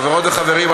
חברות וחברים,